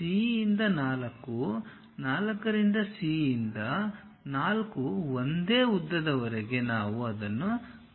C 4 C ಯಿಂದ 4 ಒಂದೇ ಉದ್ದದವರೆಗೆ ನಾವು ಅದನ್ನು ಪತ್ತೆ ಮಾಡುತ್ತೇವೆ